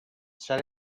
set